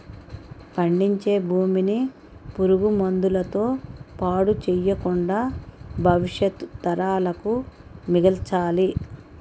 పండించే భూమిని పురుగు మందుల తో పాడు చెయ్యకుండా భవిష్యత్తు తరాలకు మిగల్చాలి